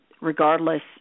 regardless